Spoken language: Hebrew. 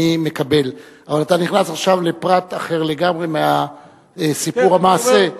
אבל אתה נכנס עכשיו לפרט אחר לגמרי מסיפור המעשה.